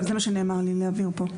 וזה מה שנאמר לי להבהיר פה.